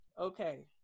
Okay